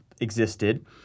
existed